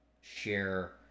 share